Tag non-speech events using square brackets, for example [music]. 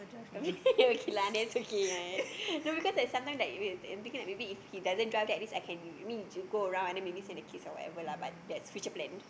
I mean [laughs] okay lah then it's okay ya ya no because like sometimes like we I'm thinking like maybe if he doesn't drive then at least I can I mean you go around and then maybe send the kids or whatever lah but that's future plan